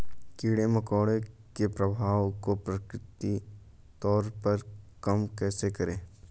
कीड़े मकोड़ों के प्रभाव को प्राकृतिक तौर पर कम कैसे करें?